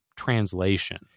translation